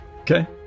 Okay